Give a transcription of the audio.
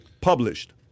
published